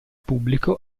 pubblico